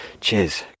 cheers